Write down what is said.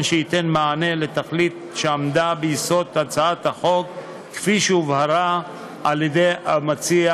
שייתן מענה לתכלית שעמדה ביסוד הצעת החוק כפי שהובהרה על-ידי המציע